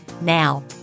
Now